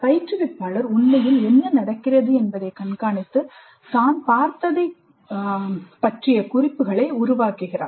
பயிற்றுவிப்பாளர் உண்மையில் என்ன நடக்கிறது என்பதைக் கண்காணித்து தான் பார்த்ததை குறித்த குறிப்புகளை உருவாக்குகிறார்